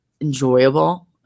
enjoyable